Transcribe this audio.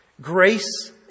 Grace